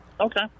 Okay